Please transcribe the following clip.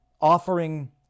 offering